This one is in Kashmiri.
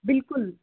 بِلکُل